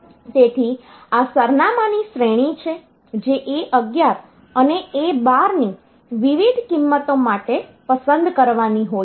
તેથી આ સરનામાની શ્રેણી છે જે A11 અને A12 ની વિવિધ કિંમતો માટે પસંદ કરવાની હોય છે